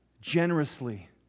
Generously